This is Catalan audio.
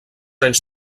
anys